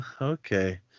okay